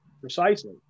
precisely